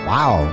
Wow